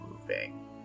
moving